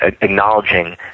acknowledging